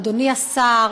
אדוני השר,